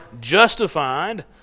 justified